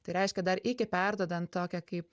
tai reiškia dar iki perduodant tokią kaip